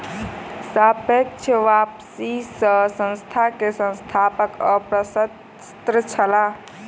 सापेक्ष वापसी सॅ संस्थान के संस्थापक अप्रसन्न छलाह